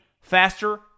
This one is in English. faster